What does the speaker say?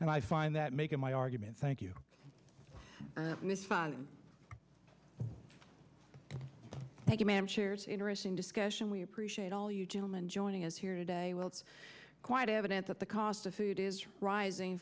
and i find that making my argument thank you thank you ma'am shares interesting discussion we appreciate all you gentlemen joining us here today well it's quite evident that the cost of food is rising